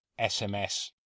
SMS